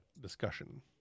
discussion